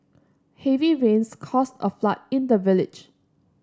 heavy rains caused a flood in the village